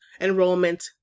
enrollment